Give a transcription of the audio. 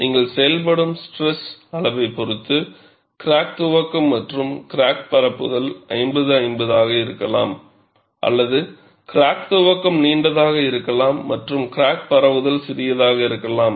நீங்கள் செயல்படும் ஸ்ட்ரெஸ் அளவைப் பொறுத்து கிராக் துவக்கம் மற்றும் கிராக் பரப்புதல் 50 50 ஆக இருக்கலாம் அல்லது கிராக் துவக்கம் நீண்டதாக இருக்கலாம் மற்றும் கிராக் பரப்புதல் சிறியதாக இருக்கலாம்